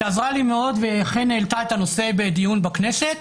שעזרה לי מאוד, ואכן העלתה את הנושא בדיון בכנסת.